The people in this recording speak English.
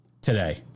today